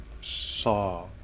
saw